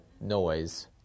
noise